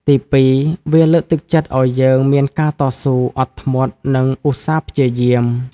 ទីពីរ វាលើកទឹកចិត្តឲ្យយើងមានការតស៊ូ អត់ធ្មត់ និងឧស្សាហ៍ព្យាយាម។